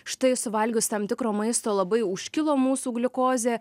štai suvalgius tam tikro maisto labai užkilo mūsų gliukozė